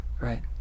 right